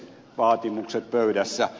vaatimukset pöydässä